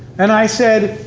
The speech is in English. and i said,